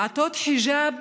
לעטות חיג'אב